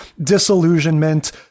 disillusionment